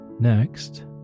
Next